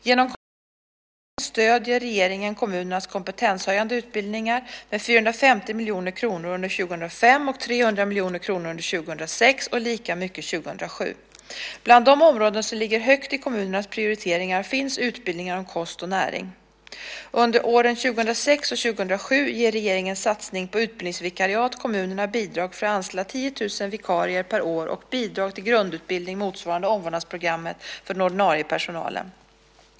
Genom Kompetensstegen stöder regeringen kommunernas kompetenshöjande utbildningar med 450 miljoner kronor under 2005 och 300 miljoner kronor under 2006 och lika mycket 2007. Bland de områden som ligger högt i kommunernas prioriteringar finns utbildningar om kost och näring. Under åren 2006 och 2007 ger regeringens satsning på utbildningsvikariat kommunerna bidrag för att anställa 10 000 vikarier per år och bidrag till grundutbildning motsvarande omvårdnadsprogrammet för den ordinarie personalen.